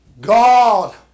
God